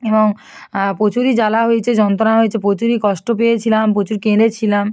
এবং প্রচুরই জ্বালা হয়েছে যন্ত্রণা হয়েছে প্রচুরই কষ্ট পেয়েছিলাম প্রচুর কেঁদেছিলাম